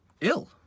ill